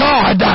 God